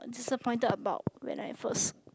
disappointed about when I first